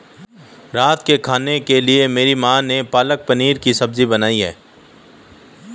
रात के खाने के लिए मेरी मां ने पालक पनीर की सब्जी बनाई है